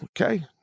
okay